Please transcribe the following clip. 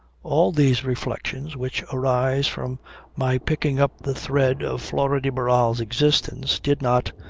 all these reflections which arise from my picking up the thread of flora de barral's existence did not,